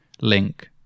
link